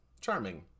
Charming